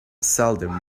seldom